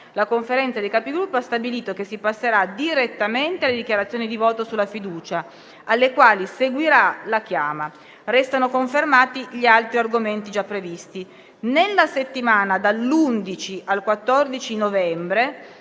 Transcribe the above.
la Conferenza dei Capigruppo ha stabilito che si passerà direttamente alle dichiarazioni di voto sulla fiducia, alle quali seguirà la chiama. Restano confermati gli altri argomenti già previsti. Nella settimana dall'11 al 14 novembre